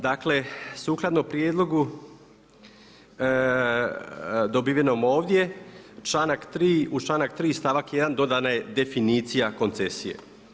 Dakle sukladno prijedlogu dobivenom ovdje u članak 3. stavak 1. dodana je definicija koncesije.